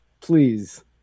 please